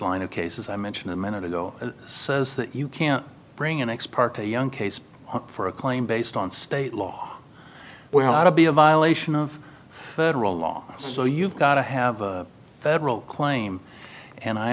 line of cases i mentioned a minute ago says that you can't bring an ex parte young case for a claim based on state law we had to be a violation of federal law so you've got to have a federal claim and i